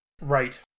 Right